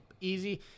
easy